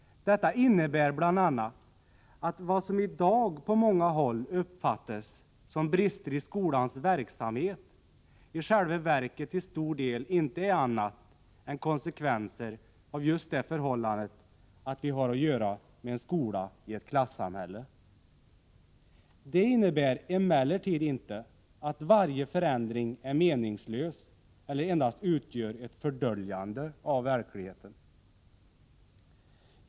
Detta innebär bl.a. att vad som i dag på många håll uppfattas som brister i skolans verksamhet i själva verket till stor del inte är annat än konsekvenser av just det förhållandet att vi har att göra med en skola i ett klassamhälle. Det innebär emellertid inte att varje förändring är meningslös eller endast utgör ett fördöljande av verkligheten.